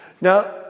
Now